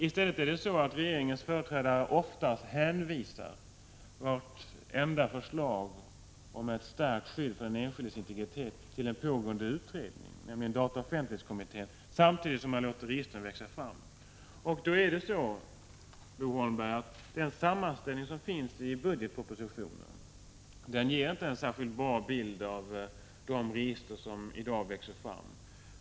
I stället är det så att regeringens företrädare oftast hänvisar förslagen om ett stärkt skydd för den enskildes integritet till en pågående utredning, nämligen dataoch offentlighetskommittén, samtidigt som man = Prot. 1985/86:142 låter registren växa fram. 15 maj 1986 Den sammanställning som finns i budgetpropositionen ger inte en särskilt bra bild av de register som nu växer fram.